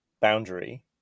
boundary